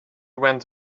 went